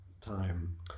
time